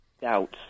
Doubts